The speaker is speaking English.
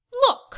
Look